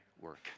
work